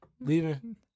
leaving